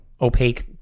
opaque